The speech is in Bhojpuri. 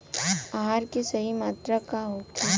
आहार के सही मात्रा का होखे?